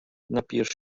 napijesz